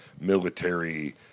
military